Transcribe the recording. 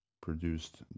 produced